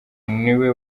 niwe